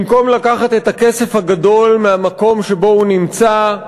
במקום לקחת את הכסף הגדול מהמקום שבו הוא נמצא,